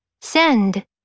send